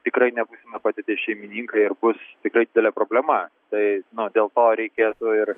tikrai nebūsime padėties šeimininkai ir bus tikrai didelė problema tai dėl to reikėtų ir